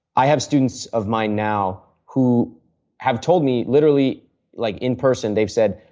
i have students of mine now who have told me literally like in person. they've said,